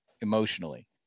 emotionally